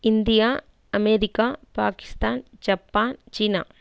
India America Pakistan Japan China